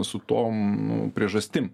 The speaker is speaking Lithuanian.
su tom nu priežastim